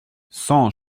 cent